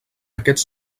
aquests